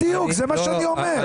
בדיוק, זה מה שאני אומר.